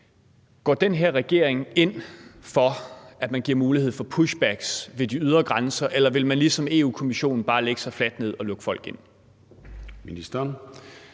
Går den her regering ind for, at man giver mulighed for pushbacks ved de ydre grænser, eller vil man ligesom Europa-Kommissionen bare lægge sig fladt ned og lukke folk ind?